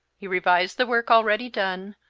he revised the work already done,